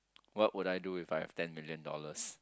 what would I do if I have ten million dollars